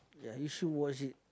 ya you should watch it